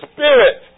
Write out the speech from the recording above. Spirit